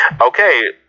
Okay